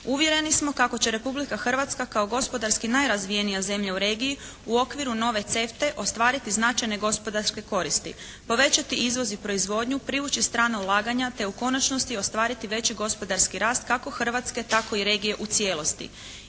Uvjereni smo kako će Republika Hrvatska kao gospodarski najrazvijenija zemlja u regiji u okviru nove CEFTA-e ostvariti značajne gospodarske koristi. Povećati izvoz i proizvodnju, privući strana ulaganja te u konačnosti ostvariti veći gospodarski rast kako Hrvatske tako i regije u cijelosti.